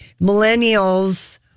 millennials